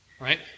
Right